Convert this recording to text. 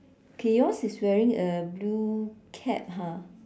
okay yours is wearing a blue cap ha